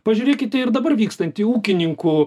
pažiūrėkite ir dabar vykstantį ūkininkų